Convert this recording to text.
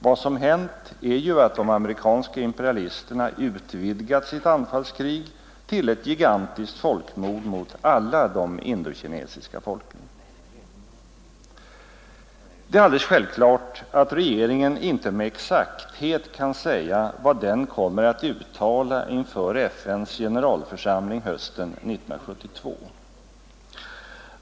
Vad som hänt är ju att de amerikanska imperialisterna utvidgat sitt anfallskrig till ett gigantiskt folkmord mot alla de indokinesiska folken. 135 Det är alldeles självklart att regeringen inte med exakthet kan säga vad den kommer att uttala inför FN:s generalförsamling hösten 1972.